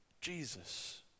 Jesus